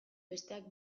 besteak